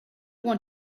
want